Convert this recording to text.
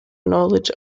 knowledge